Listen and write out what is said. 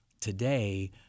Today